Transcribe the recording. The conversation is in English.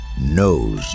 knows